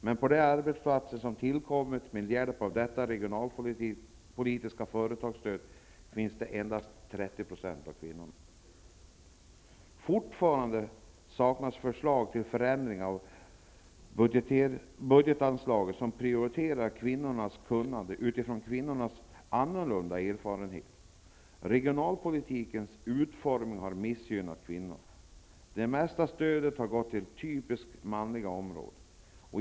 Men på de arbetsplatser som tillkommit med hjälp av det regionalpolitiska företagsstödet är endast Fortfarande saknas det förslag till förändringar av budgetanslagen som innebär att kvinnors kunnande prioriteras utifrån kvinnornas annorlunda erfarenheter. Regionalpolitikens utformning har missgynnat kvinnorna. Det mesta av stödet har gått till typiskt manliga områden.